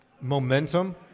Momentum